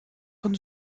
von